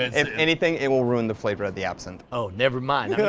if anything it will ruin the flavor of the absinthe. oh, nevermind.